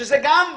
שזה גם,